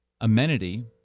amenity